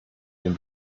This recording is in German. den